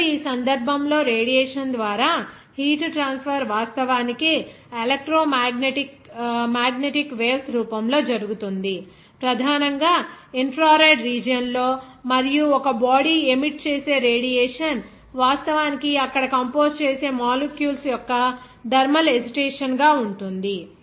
ఇప్పుడు ఈ సందర్భంలో రేడియేషన్ ద్వారా హీట్ ట్రాన్స్ఫర్ వాస్తవానికి ఎలక్ట్రో మాగ్నెటిక్ వేవ్స్ రూపంలో జరుగుతుంది ప్రధానంగా ఇన్ఫ్రారెడ్ రీజియన్ లో మరియు ఒక బాడీ ఎమిట్ చేసే రేడియేషన్ వాస్తవానికి అక్కడ కంపోజ్ చేసే మాలిక్యూల్స్ యొక్క థర్మల్ అజిటేషన్ గా ఉంటుంది